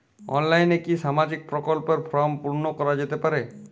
অনলাইনে কি সামাজিক প্রকল্পর ফর্ম পূর্ন করা যেতে পারে?